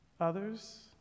others